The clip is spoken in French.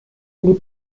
les